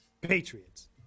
Patriots